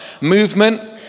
Movement